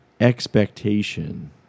expectation